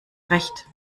recht